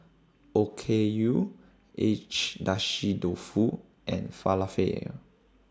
Okayu Agedashi Dofu and Falafel